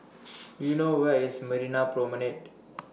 Do YOU know Where IS Marina Promenade